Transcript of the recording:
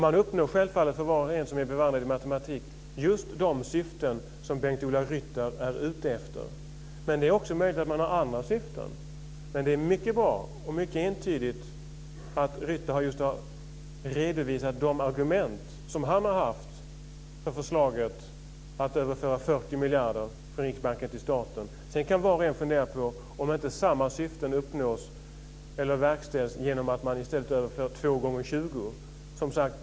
Man uppnår självfallet, som var och en ser som är bevandrad i matematik, just de syften som Bengt-Ola Ryttar är ute efter. Det är också möjligt att man har andra syften. Men det är mycket bra och mycket entydigt att Ryttar har redovisat de argument som han har haft för förslaget att överföra 40 miljarder från Sedan kan var och en fundera på om inte samma syften verkställs genom att man i stället överför två gånger 20 miljarder.